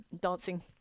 dancing